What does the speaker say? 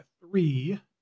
three